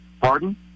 Pardon